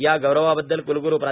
या गौरवाबददल क्लग्रू प्रा